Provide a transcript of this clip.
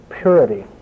purity